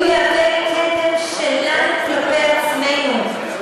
הוא יהווה כתם שלנו כלפי עצמנו,